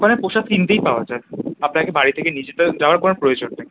ওখানে প্রসাদ কিনতেই পাওয়া যায় আপনাকে বাড়ি থেকে নিয়ে যেতে যাওয়ার কোন প্রয়োজন নেই